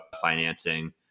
financing